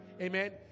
Amen